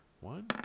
one